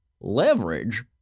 leverage